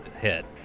hit